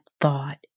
thought